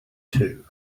too